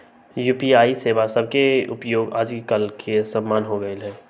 UPI सेवा सभके उपयोग याजकाल सामान्य हो गेल हइ